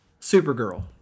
Supergirl